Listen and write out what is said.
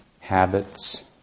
habits